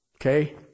okay